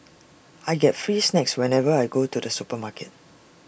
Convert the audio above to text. I get free snacks whenever I go to the supermarket